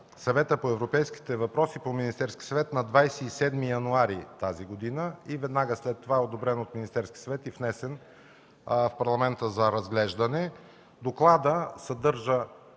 Съвета по европейските въпроси към Министерския съвет на 27 януари тази година и веднага след това е одобрен от Министерския съвет и внесен в Парламента за разглеждане. Докладът съдържа,